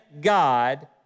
God